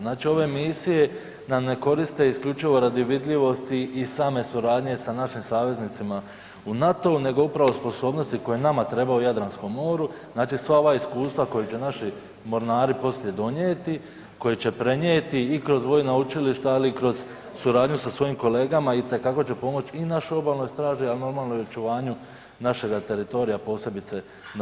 Znači, ove misije nam ne koriste isključivo radi vidljivosti i same suradnje sa našim saveznicima u NATO-u nego upravo sposobnosti koje nama trebaju u Jadranskom moru, znači sva ova iskustva koja će naši mornari poslije donijeti, koji će prenijeti i kroz vojna učilišta ali i kroz suradnju sa svojim kolegama itekako će pomoći i našoj obalnoj straži, a normalno i očuvanju našega teritorija posebice na ovome morskom dijelu.